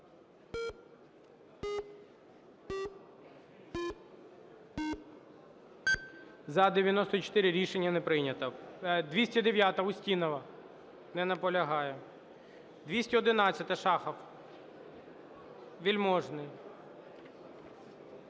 За-94 Рішення не прийнято. 209-а, Устінова. Не наполягає. 211-а, Шахов. Вельможний.